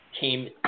came